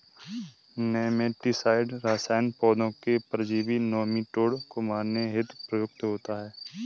nematicide रसायन पौधों के परजीवी नोमीटोड को मारने हेतु प्रयुक्त होता है